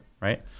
right